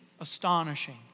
astonishing